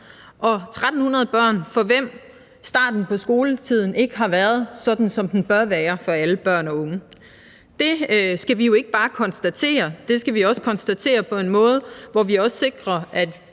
– 1.300 børn, for hvem starten på skoletiden ikke har været, som den bør være for alle børn og unge. Det skal vi ikke bare konstatere, det skal vi også konstatere på en måde, så vi også sikrer, at